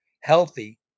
healthy